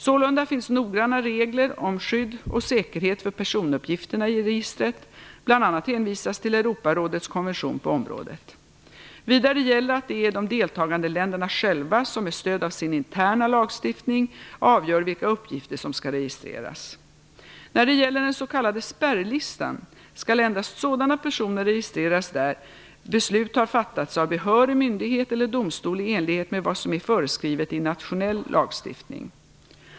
Sålunda finns noggranna regler om skydd och säkerhet för personuppgifterna i registret; bl.a. hänvisas till Europarådets konvention på området. Vidare gäller att det är de deltagande länderna själva som med stöd av sin interna lagstiftning avgör vilka uppgifter som skall registreras. När det gäller den s.k. spärrlistan skall endast sådana personer registreras där beslut har fattats av behörig myndighet eller domstol i enlighet med vad som är föreskrivet i nationell lagstiftning.